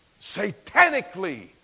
satanically